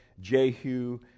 Jehu